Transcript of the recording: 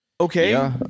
okay